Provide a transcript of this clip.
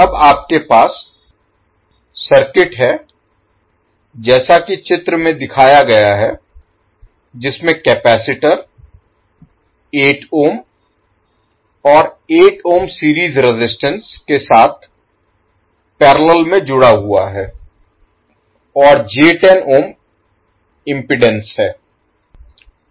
अब आपके पास सर्किट है जैसा कि चित्र में दिखाया गया है जिसमें कपैसिटर 8 ohm और 8 ohm सीरीज रेजिस्टेंस के साथ पैरेलल में जुड़ा हुआ है और j10 ohm इम्पीडेन्स है